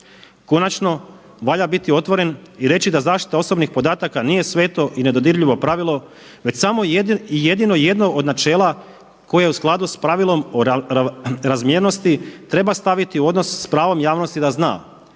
Konačno, valja biti otvoren i reći da zaštita osobnih podataka nije sveto i nedodirljivo pravilo već samo jedino jedno od načela koje je u skladu s pravilom o razmjernosti treba staviti u odnos s pravom javnosti da zna,